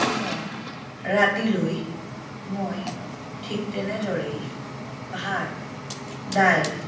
পুনৰ ৰাতিলৈ মই ঠিক তেনেদৰেই ভাত দাইল